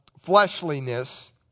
fleshliness